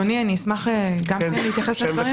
אדוני, אשמח להתייחס אני מדף